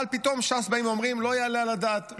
אבל פתאום ש"ס באים ואומרים: לא יעלה על הדעת.